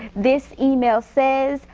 this e mail says,